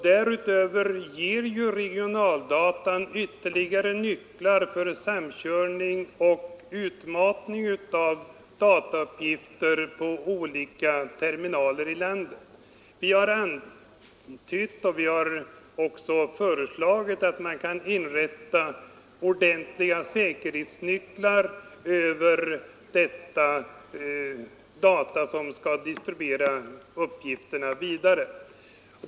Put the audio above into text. Därutöver ger regionaldata ytterligare nycklar för prövning vid samkörning och utmatning av datauppgifter på olika terminaler i landet. Vi vill framhålla att man kan inrätta ordentliga säkerhetsnycklar för regionala dataregister.